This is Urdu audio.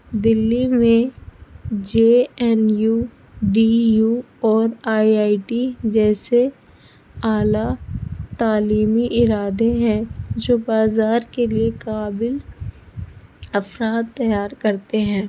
دہلی میں J N U D U اور آئی آئی ٹی جیسے اعلیٰ تعلیمی ادارے ہیں جو بازار کے لیے قابل افراد تیار کرتے ہیں